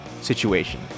situation